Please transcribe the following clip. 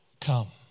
Come